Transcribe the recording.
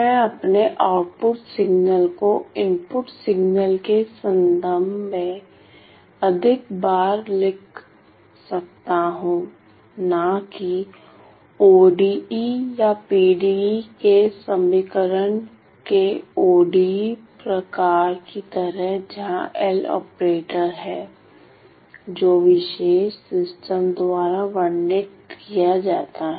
मैं अपने output signal को इनपुट सिग्नल के संबंध में अधिक बार लिख सकता हूं ना कि ODE या PDE के समीकरण के ODE प्रकार की तरह जहां L ऑपरेटर है जो विशेष सिस्टम द्वारा वर्णित किया जाता है